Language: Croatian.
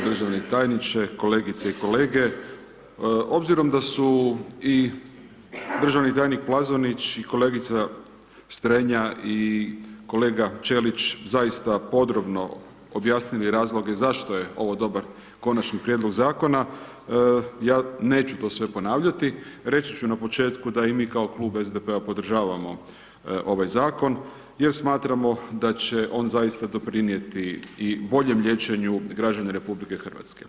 Državni tajniče, kolegice i kolege, obzirom da su i državni tajnik Plazonić i kolegica Strenja i kolega Ćelić zaista podrobno objasnili razloge zašto je ovo dobar Konačni prijedlog Zakona, ja neću sve to ponavljati, reći ću na početku da i mi kao klub SDP-a podržavamo ovaj Zakon jer smatramo da će on zaista doprinijeti i boljem liječenju građana RH.